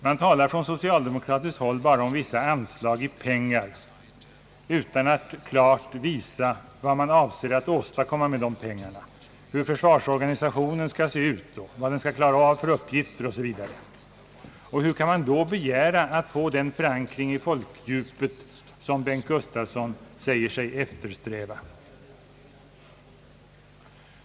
Man talar från socialdemokratiskt håll bara om vissa anslag i pengar utan att klart visa vad man avser att åstadkomma med pengarna, hur försvarsorganisationen skall se ut, vilka uppgifter den skall klara osv. Hur kan man då begära att få den förankring i folkdjupet som herr Bengt Gustavsson säger sig eftersträva?